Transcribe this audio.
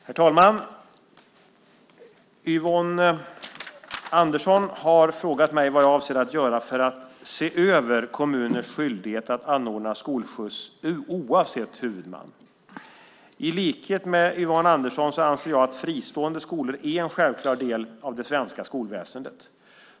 Herr talman! Yvonne Andersson har frågat mig vad jag avser att göra för att se över kommuners skyldigheter att anordna skolskjuts oavsett huvudman. I likhet med Yvonne Andersson anser jag att fristående skolor är en självklar del av det svenska skolväsendet.